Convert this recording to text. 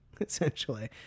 essentially